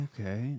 okay